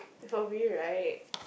for me right